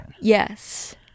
Yes